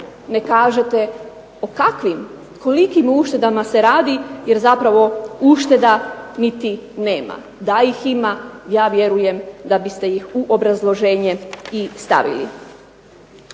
ne kažete o kolikim uštedama se radi jer zapravo ušteda niti nema, da ih ima ja vjerujem da biste ih u obrazloženje i stavili.